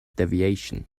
deviation